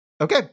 Okay